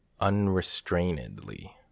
Unrestrainedly